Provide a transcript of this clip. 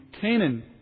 Canaan